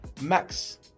Max